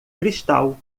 cristal